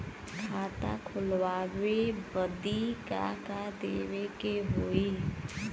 खाता खोलावे बदी का का देवे के होइ?